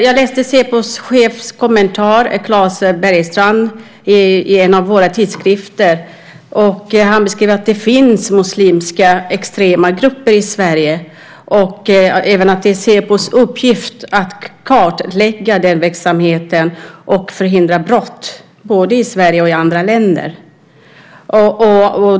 Jag läste en kommentar av säpochefen Klas Bergenstrand i en våra tidskrifter. Där skriver han att det finns extrema muslimska grupper i Sverige och att det är Säpos uppgift att kartlägga den verksamheten för att förhindra brott både i Sverige och i andra länder.